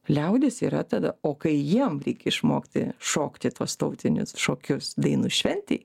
liaudis yra tada o kai jiem reik išmokti šokti tuos tautinius šokius dainų šventei